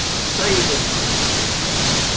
save as much as you can,